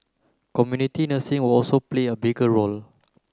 community nursing will also play a bigger role